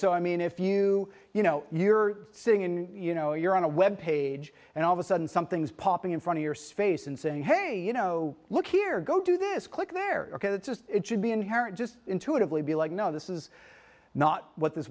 so i mean if you you know you're sitting in you know you're on a web page and all of a sudden something's popping in front of your face and saying hey you know look here go do this click there it should be inherent just intuitively be like no this is not what this